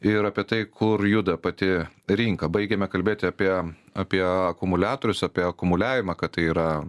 ir apie tai kur juda pati rinka baigiame kalbėti apie apie akumuliatorius apie akumuliavimą kad tai yra